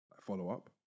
follow-up